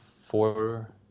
four